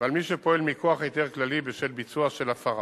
ועל מי שפועל מכוח היתר כללי בשל ביצוע של הפרה.